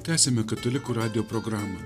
tęsiame katalikų radijo programą